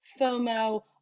FOMO